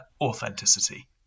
authenticity